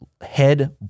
head